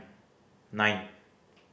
nine